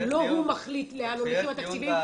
אבל לא הוא מחליט לאן הולכים התקציבים.